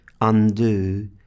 undo